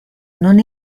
non